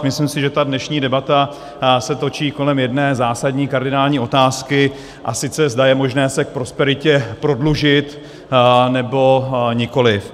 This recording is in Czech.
Myslím si, že ta dnešní debata se točí kolem jedné zásadní, kardinální otázky, a sice zda je možné se k prosperitě prodlužit, nebo nikoliv.